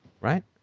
Right